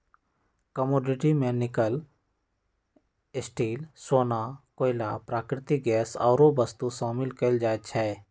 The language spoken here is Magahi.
कमोडिटी में निकल, स्टील,, सोना, कोइला, प्राकृतिक गैस आउरो वस्तु शामिल कयल जाइ छइ